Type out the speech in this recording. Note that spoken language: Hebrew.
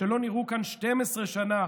"שלא נראו כאן 12 שנה",